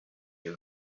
your